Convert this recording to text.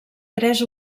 tres